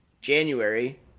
January